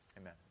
Amen